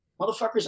Motherfuckers